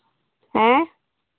हैं